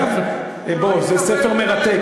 בוא, זה ספר מרתק,